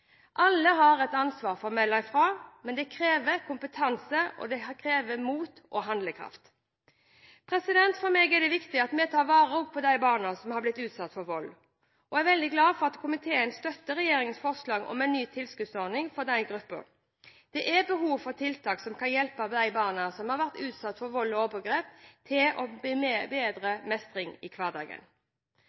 Alle har et ansvar for å melde fra, men det krever kompetanse, og det krever mot og handlekraft. For meg er det viktig at vi også tar vare på de barna som har blitt utsatt for vold, og jeg er veldig glad for at komiteen støtter regjeringens forslag om en ny tilskuddsordning for denne gruppen. Det er behov for tiltak som kan hjelpe de barna som har vært utsatt for vold og overgrep, til en bedre mestring i hverdagen.